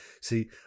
See